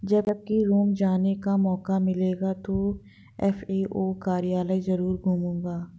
जब भी रोम जाने का मौका मिलेगा तो एफ.ए.ओ कार्यालय जरूर घूमूंगा